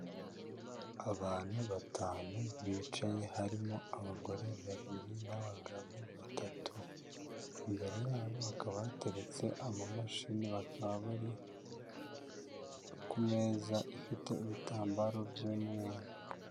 Abantu batanu bicaye harimo abagore babiri n'abagabo batatu, imbere yabo hakaba hateretse amamashini, bakaba bari ku meza ifite ibitambaro by'umweru.